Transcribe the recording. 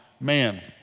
man